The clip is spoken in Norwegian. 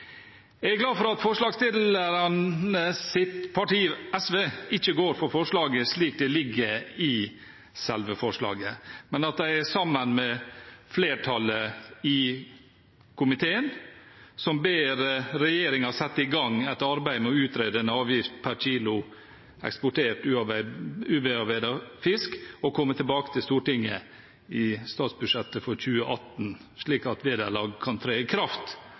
Jeg er glad for at forslagsstillernes parti, SV, ikke går for forslaget slik det ligger i selve forslaget, men at de står sammen med flertallet i komiteen, som «ber regjeringen sette i gang et arbeid med å utrede en avgift pr. kilo eksportert ubearbeidet fisk og komme tilbake til Stortinget i statsbudsjettet for 2018, slik at vederlaget kan tre i kraft